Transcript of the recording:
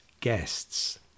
guests